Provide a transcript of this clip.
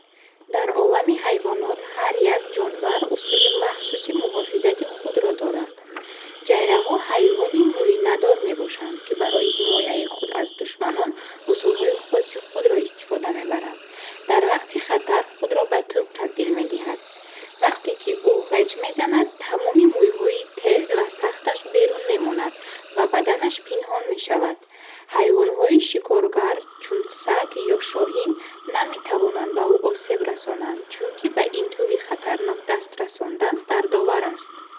Дар олами ҳайвонот ҳар як ҷонвар усули махсуси муҳофизати худро дорад. Ҷайраҳо ҳайвони мӯинадор мебошанд, ки барои ҳимояи худ аз душманон усулҳои хоси худро истифода мебаранд. Дар вақти хатар худро ба тӯб табдил медиҳад. Вақте, ки ӯ ғеҷ мезанад, тамоми мӯйҳои тез ва сахташ берун мемонанд ва баданаш пинҳон мешавад. Ҳайвонҳои шикоргар, чун саг ё шоҳин наметавонанд ба ӯ осеб расонанд, чунки ба ин тӯби хатарнок даст расондан дардовар аст.